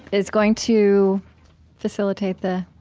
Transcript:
is going to facilitate the,